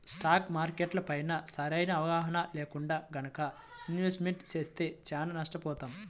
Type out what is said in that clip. stock మార్కెట్లపైన సరైన అవగాహన లేకుండా గనక ఇన్వెస్ట్మెంట్ చేస్తే చానా నష్టపోతాం